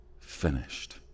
finished